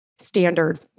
standard